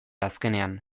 azkenean